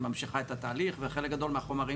היא ממשיכה את התהליך וחלק גדול מהחומרים